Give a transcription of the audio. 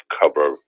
cover